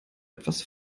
etwas